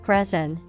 Resin